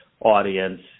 audience